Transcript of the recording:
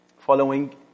Following